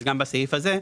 אז גם בסעיף הזה,